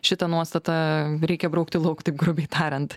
šitą nuostatą reikia braukti lauk taip grubiai tariant